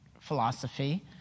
philosophy